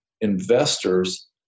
investors